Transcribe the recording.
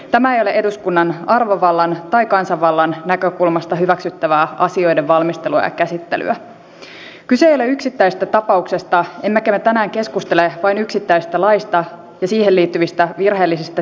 tämä eduskunnan arvovallan tai kansanvallan samaan aikaan suomen valmistautumista kyberuhkiin on verrattu helsingin kaupungin citykanien torjunnan resursseihin eikä kyse ole suurista summista